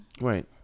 right